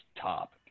top